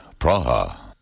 Praha